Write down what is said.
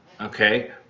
okay